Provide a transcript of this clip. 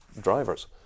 drivers